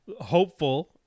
hopeful